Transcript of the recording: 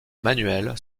manuel